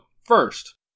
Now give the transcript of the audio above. first